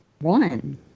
one